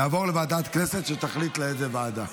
זה יעבור לוועדת הכנסת שתחליט לאיזו ועדה.